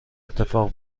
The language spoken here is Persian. اتفاق